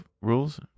rules